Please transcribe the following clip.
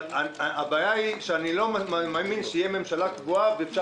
הבעיה היא שאני לא מאמין שתהיה ממשלה קבועה ואפשר